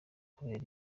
kubera